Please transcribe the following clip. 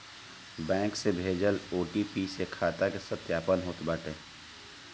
bank से भेजल OTP से खाता के सत्यापन होत बाटे